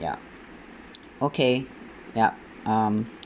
ya okay ya um